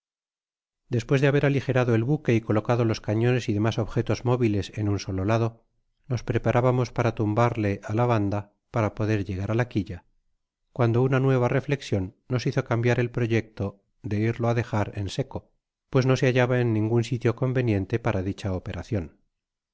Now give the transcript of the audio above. despues de haber alijerado el buque y colocado los cañones y demás objetos móviles en un solo lado nos preparábamos para tumbarle á la banda para poder llegar á la quilla cuando una nueva reflexion nos hizo cambiar el proyecto de irlo á dejar en seco pues no se hallaba en ningun sitio conveniente para dicha operacion